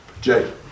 Jay